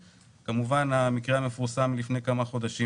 כמובן אציין את המקרה המפורסם של מעודה.